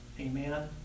Amen